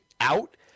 out